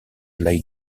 laid